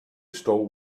stole